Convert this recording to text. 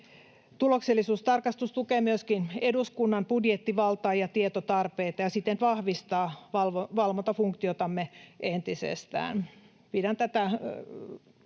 Tuloksellisuustarkastus tukee myöskin eduskunnan budjettivaltaa ja tietotarpeita ja siten vahvistaa valvontafunktiotamme entisestään. Pidän tätä